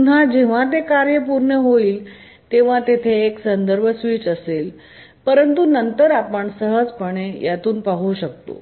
पुन्हा जेव्हा ते पूर्ण होईल तेव्हा तेथे एक संदर्भ स्विच असेल परंतु नंतर आपण सहजपणे यातून पाहू शकतो